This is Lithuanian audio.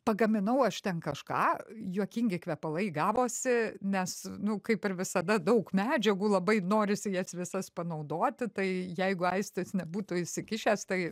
pagaminau aš ten kažką juokingi kvepalai gavosi nes nu kaip ir visada daug medžiagų labai norisi jas visas panaudoti tai jeigu aistis nebūtų įsikišęs tai